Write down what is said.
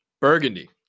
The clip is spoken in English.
burgundy